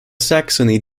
saxony